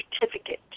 certificate